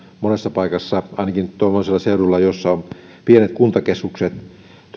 monessa paikassa ainakin tuommoisilla seuduilla joissa on pienet kuntakeskukset törmänneet tähän että